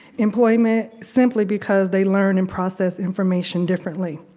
employment, simply because they learn and process information differently.